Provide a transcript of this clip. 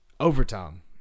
Overtime